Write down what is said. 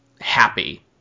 happy